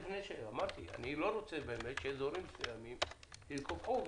אני לא רוצה שאזורים מסוימים יקופחו.